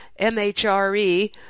MHRE